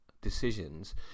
decisions